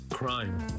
Crime